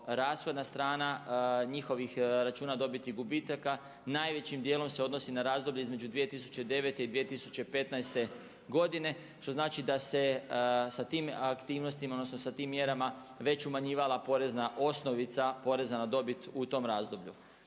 rashodna strana njihovih računa dobiti i gubitaka najvećim dijelom se odnosi na razdoblje između 2009. i 2015. godine što znači da se sa tim aktivnostima odnosno sa tim mjerama već umanjivala porezna osnovica poreza na dobit u tom razdoblju.